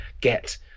get